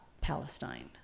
Palestine